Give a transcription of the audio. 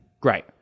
Great